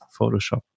Photoshop